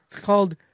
called